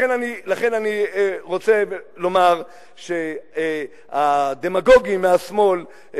לכן אני רוצה לומר שהדמגוגים מהשמאל,